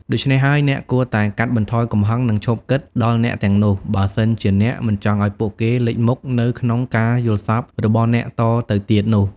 ដូច្នេះហើយ អ្នកគួរតែកាត់បន្ថយកំហឹង និងឈប់គិត ដល់អ្នកទាំងនោះ បើសិនជាអ្នក មិនចង់ឲ្យពួកគេ លេចមុខនៅក្នុង ការយល់សប្តិរបស់អ្នកតទៅទៀតនោះ។